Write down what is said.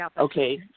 Okay